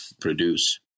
produce